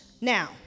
Now